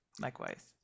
likewise